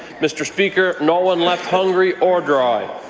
mr. speaker, no one left hungry or dry.